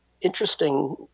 interesting